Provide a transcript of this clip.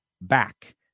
back